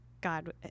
God